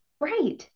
Right